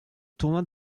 tournoi